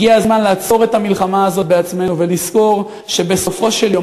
הגיע הזמן לעצור את המלחמה הזאת בעצמנו ולזכור שבסופו של יום,